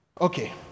okay